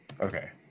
Okay